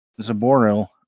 Zaboril